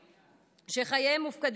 שחייהם מופקדים בידיך.